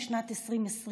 בשנת 2020,